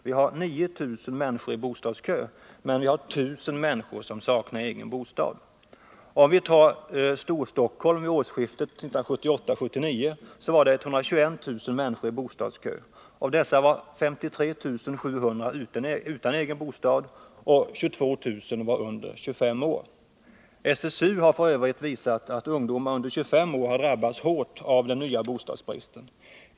Där står 9000 personer i bostadskön, och 1000 saknar egen bostad. Ser vi på förhållandena i Storstockholm vid årsskiftet 1978-1979 finner vi att 121 000 människor stod i bostadskön. Av dessa var 53 700 utan egen bostad. 22 000 av dem var under 25 år. SSU har f. ö. visat att ungdomar under 25 år har drabbats hårt av den nya bostadsbristen.